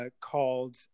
Called